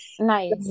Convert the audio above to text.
Nice